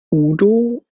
udo